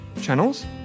channels